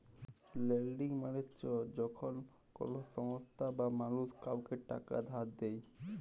lending মালে চ্ছ যখল কল সংস্থা বা মালুস কাওকে টাকা ধার দেয়